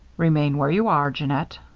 remain where you are, jeannette,